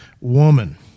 woman